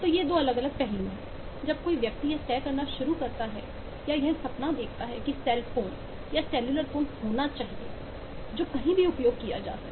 तो ये 2 अलग अलग पहलू हैं 1 जब कोई व्यक्ति यह तय करना शुरू करता है या यह सपना देखता है कि सेल फोन सेलुलर फोन होना चाहिए जो कहीं भी उपयोग किया जा सके